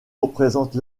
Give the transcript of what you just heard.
représente